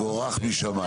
תבורך משמים.